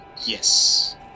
Yes